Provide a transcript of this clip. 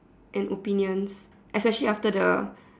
and opinions especially after the